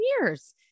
years